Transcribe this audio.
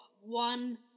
one